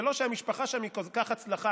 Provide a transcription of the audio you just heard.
זה לא שהמשפחה שם היא כל כך הצלחה.